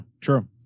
true